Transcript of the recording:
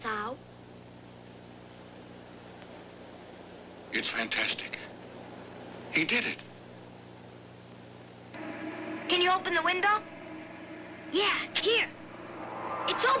time